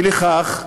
אי לכך,